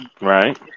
right